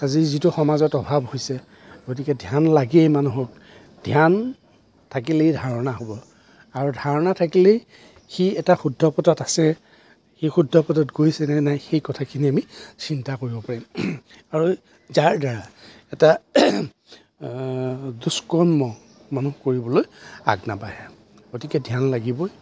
আজিৰ যিটো সমাজত অভাৱ হৈছে গতিকে ধ্যান লাগেই মানুহক ধ্যান থাকিলেই ধাৰণা হ'ব আৰু ধাৰণা থাকিলেই সি এটা শুদ্ধ পথত আছে সি শুদ্ধ পথত গৈছেনে নাই সেই কথাখিনি আমি চিন্তা কৰিব পাৰিম আৰু যাৰ দ্বাৰা এটা দুষ্কৰ্ম মানুহে কৰিবলৈ আগ নাবাঢ়ে গতিকে ধ্যান লাগিবই